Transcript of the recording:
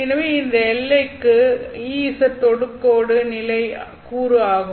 எனவே இந்த எல்லைக்கு EZ தொடு நிலை கூறு ஆகும்